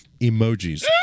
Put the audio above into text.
emojis